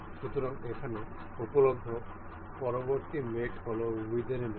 সুতরাং এখানে উপলব্ধ পরবর্তী মেট হল উইদ্থ এর মেট